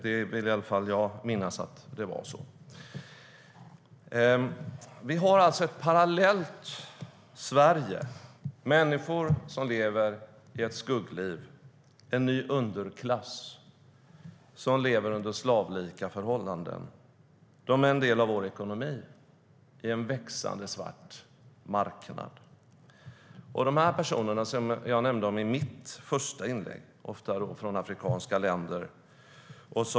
Jag vill i alla fall minnas att det var på det sättet. Vi har ett parallellt Sverige med människor som lever i ett skuggliv, en ny underklass som lever under slavlika förhållanden. De är en del av vår ekonomi. Det är en växande svart marknad. De personer som jag nämnde i mitt första inlägg kommer ofta hit från afrikanska länder.